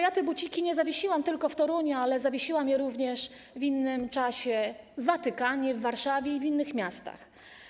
Ja te buciki zawiesiłam nie tylko w Toruniu, ale zawiesiłam je również w innym czasie w Watykanie, w Warszawie i w innych miastach.